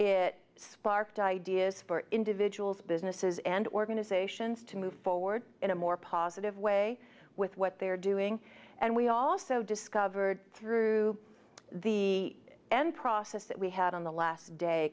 it sparked ideas for individuals businesses and organizations to move forward in a more positive way with what they're doing and we also discovered through the end process that we had on the last day